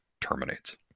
terminates